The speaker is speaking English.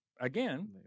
again